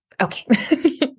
okay